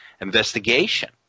investigation